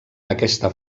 aquesta